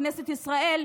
כנסת ישראל,